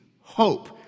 Hope